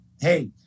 hey